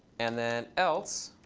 and then else.